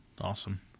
awesome